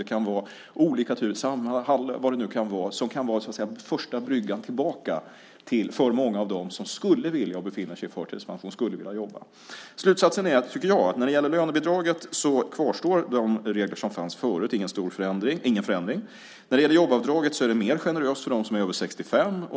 Det kan naturligtvis också vara Samhall som är den första bryggan tillbaka för många av dem som befinner sig i förtidspension och skulle vilja jobba. Slutsatsen är, tycker jag, att när det gäller lönebidraget kvarstår de regler som fanns förut. Det är ingen förändring. När det gäller jobbavdraget är det mer generöst för dem som är över 65.